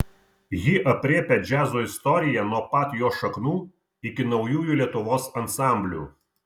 ji aprėpia džiazo istoriją nuo pat jo šaknų iki naujųjų lietuvos ansamblių